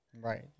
Right